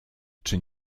czy